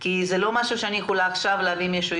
כי אני לא יכולה עכשיו להביא מישהו.